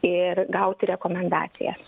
ir gauti rekomendacijas